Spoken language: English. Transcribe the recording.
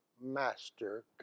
master